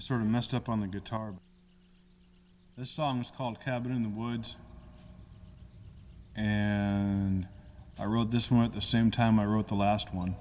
i sort of messed up on the guitar but the song is called cabin in the woods and i wrote this more the same time i wrote the last one